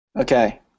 Okay